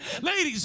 Ladies